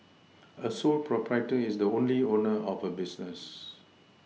a sole proprietor is the only owner of a business